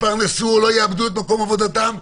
יתפרנסו או לא יאבדו את מקום עבודתם.